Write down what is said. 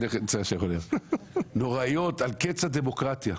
כתבות נוראיות על קץ הדמוקרטיה.